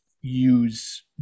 use